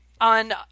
On